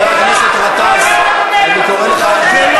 אתה בכלל, חבר הכנסת גטאס, אני קורא אותך לסדר.